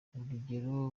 urugero